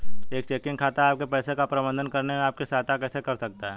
एक चेकिंग खाता आपके पैसे का प्रबंधन करने में आपकी सहायता कैसे कर सकता है?